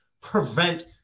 prevent